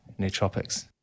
nootropics